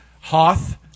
Hoth